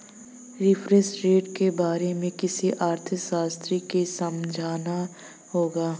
reference rate के बारे में किसी अर्थशास्त्री से समझना होगा